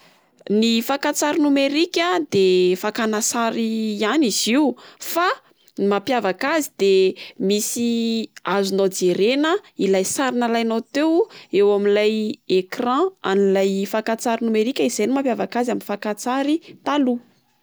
Ny fakantsary nomerika de fakana sary ihany izy io fa ny mampiavaka azy de misy azona jerena ilay sary nalainao teo eo amin'ilay écran an'ilay fakantsary nomerika izay no mampiavaka azy amin'ny fankatsary taloha.